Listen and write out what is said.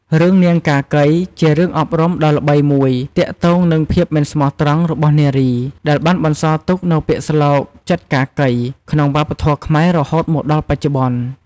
រឿង នាងកាកី ជារឿងអប់រំដ៏ល្បីមួយទាក់ទងនឹងភាពមិនស្មោះត្រង់របស់នារី ដែលបានបន្សល់ទុកនូវពាក្យស្លោក "ចិត្តកាកី" ក្នុងវប្បធម៌ខ្មែរ រហូតមកដល់បច្ចុប្បន្ន។